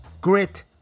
Grit